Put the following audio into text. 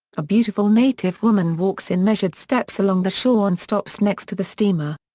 a beautiful native woman walks in measured steps along the shore and stops next to the steamer.